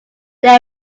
they